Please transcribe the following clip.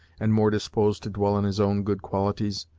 and more disposed to dwell on his own good qualities,